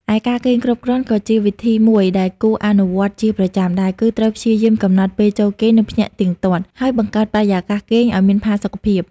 ឯការគេងគ្រប់គ្រាន់ក៏ជាវិធីមួយដែលគួរអនុវត្តជាប្រចាំដែរ គឺត្រូវព្យាយាមកំណត់ពេលចូលគេង និងភ្ញាក់ទៀងទាត់ ហើយបង្កើតបរិយាកាសគេងឱ្យមានផាសុកភាព។